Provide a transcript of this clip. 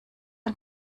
ein